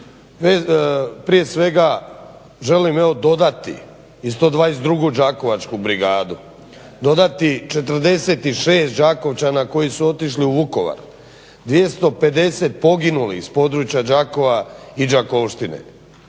prije svega želim dodati i 122. Đakovačku brigadu, dodati 46 Đakovčana koji su otišli u Vukovar, 250 poginulih s područja Đakova i Đakovštine.